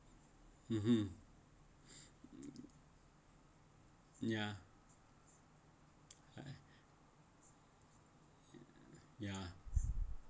(uh huh) ya I ya